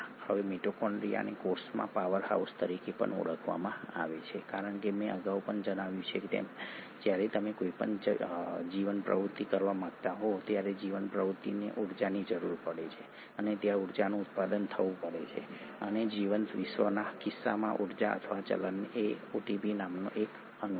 હવે મિટોકોન્ડ્રિયાને કોષના પાવરહાઉસ તરીકે પણ ઓળખવામાં આવે છે કારણ કે મેં અગાઉ પણ જણાવ્યું છે તેમ જ્યારે તમે કોઈ પણ જીવન પ્રવૃત્તિ કરવા માંગતા હો ત્યારે જીવન પ્રવૃત્તિને ઊર્જાની જરૂર પડે છે અને ત્યાં ઊર્જાનું ઉત્પાદન થવું પડે છે અને જીવંત વિશ્વના કિસ્સામાં ઊર્જા અથવા ચલણ એ એટીપી નામનો આ અણુ છે